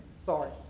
Sorry